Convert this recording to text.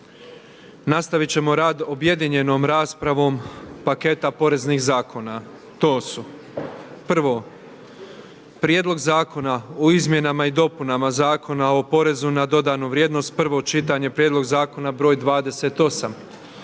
nastavit ćemo rad objedinjenom raspravom paketa poreznih zakona. To su: 1. Prijedlog zakona o izmjenama i dopunama Zakona o porezu na dodanu vrijednost, prvo čitanje, P.Z. broj 28,